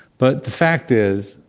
but the fact is,